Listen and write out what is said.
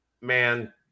man